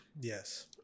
Yes